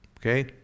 okay